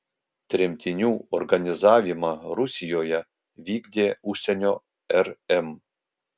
tremtinių organizavimą rusijoje vykdė užsienio rm